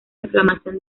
inflamación